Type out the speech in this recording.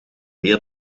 meer